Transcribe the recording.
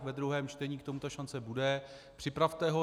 Ve druhém čtení k tomu ta šance bude, připravte ho.